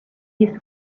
this